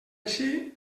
així